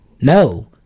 No